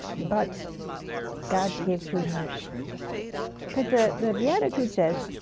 but god gives you mercy cause the the beatitude says,